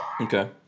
okay